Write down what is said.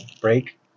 break